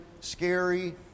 scary